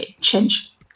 change